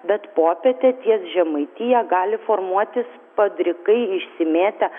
bet popietę ties žemaitija gali formuotis padrikai išsimėtę